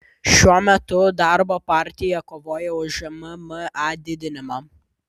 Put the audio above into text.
šiuo metu darbo partija kovoja už mma didinimą